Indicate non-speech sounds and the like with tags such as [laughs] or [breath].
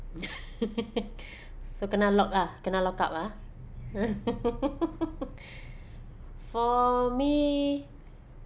[laughs] [breath] so kena lock ah kena lock up ah [laughs] [breath] for me